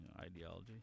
ideology